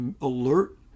alert